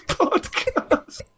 podcast